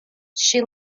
she